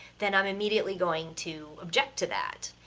then i'm immediately going to object to that.